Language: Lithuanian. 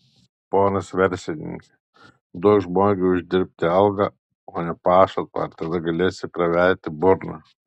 ponas verslininke duok žmogui uždirbti algą o ne pašalpą ir tada galėsi praverti burną